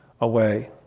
away